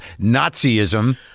Nazism